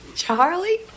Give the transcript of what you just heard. Charlie